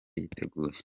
yiteguye